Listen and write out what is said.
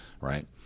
Right